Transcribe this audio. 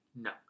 No